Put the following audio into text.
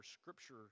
scripture